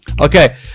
Okay